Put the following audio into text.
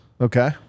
Okay